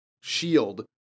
shield